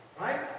Right